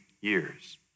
years